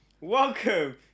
Welcome